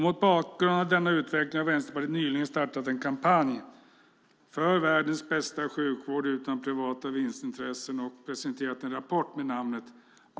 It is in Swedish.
Mot bakgrund av denna utveckling har Vänsterpartiet nyligen startat en kampanj för världens bästa sjukvård utan privata vinstintressen.